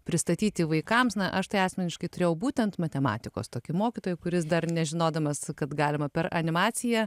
pristatyti vaikams na aš tai asmeniškai turėjau būtent matematikos tokį mokytoją kuris dar nežinodamas kad galima per animaciją